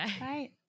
Right